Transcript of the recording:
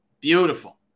Beautiful